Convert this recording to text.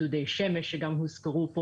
דודי שמש שגם הוזכרו פה,